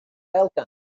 elgan